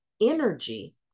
energy